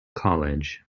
college